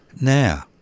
Now